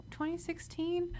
2016